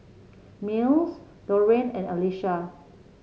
Mills Dorian and Alesha